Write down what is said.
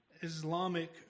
Islamic